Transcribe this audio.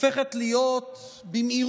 הופכת להיות במהירות